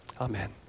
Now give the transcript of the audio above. Amen